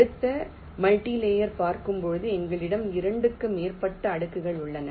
அடுத்து multilayer routing பார்க்கும்போது எங்களிடம் 2 க்கும் மேற்பட்ட அடுக்குகள் உள்ளன